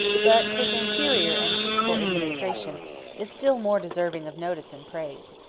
but his interior and peaceful administration is still more deserving of notice and praise.